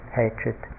hatred